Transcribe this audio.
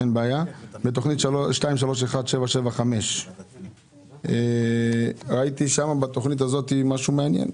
בתכנית 23-17-75 ראיתי משהו מעניין.